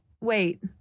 wait